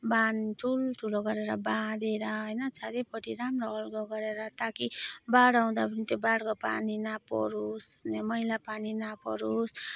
बाँध ठुल्ठुलो गरेर बाँधेर होइन चारैपट्टि राम्रो अल्गो गरेर ताकि बाढ आउँदा पनि त्यो बाढको पानी नपरोस् अनि मैला पानी नपरोस्